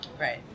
Right